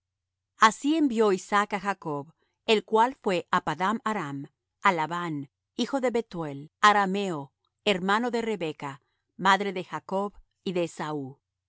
así envió isaac á jacob el cual fué á padan aram á labán hijo de bethuel arameo hermano de rebeca madre de jacob y de esaú